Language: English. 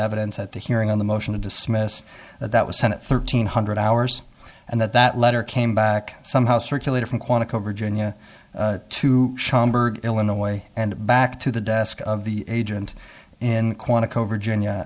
evidence at the hearing on the motion to dismiss that was senate thirteen hundred hours and that that letter came back somehow circulated from quantico virginia to schomberg illinois and back to the desk of the agent in quantico virginia